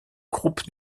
groupes